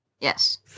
Yes